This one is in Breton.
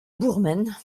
bourmen